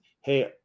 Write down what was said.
Hey